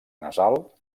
nasal